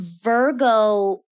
Virgo